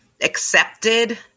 accepted